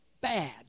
bad